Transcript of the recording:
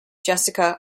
jessica